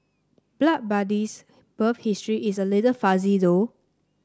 Blood Buddy's birth history is a little fuzzy though